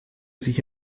sich